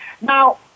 Now